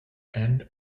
end